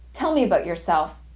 tell me about yourself,